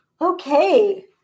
Okay